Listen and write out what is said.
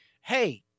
Hey